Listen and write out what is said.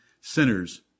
sinners